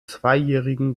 zweijährigen